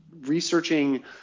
researching